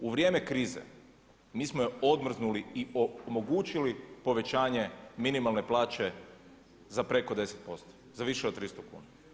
U vrijeme krize mi smo je odmrznuli i omogućili povećanje minimalne plaće za preko 10%, za više od 300 kuna.